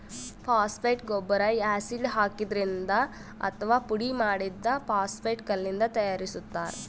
phosphate ಗೊಬ್ಬರ್ acid ಹಾಕಿದ್ರಿಂದ್ ಅಥವಾ ಪುಡಿಮಾಡಿದ್ದ್ ಫಾಸ್ಫೇಟ್ ಕಲ್ಲಿಂದ್ ತಯಾರಿಸ್ತಾರ್